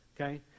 Okay